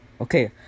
Okay